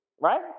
right